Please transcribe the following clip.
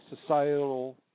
societal